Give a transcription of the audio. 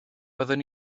bydden